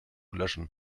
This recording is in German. löschen